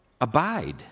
Abide